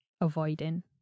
avoiding